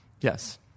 Yes